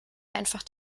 einfach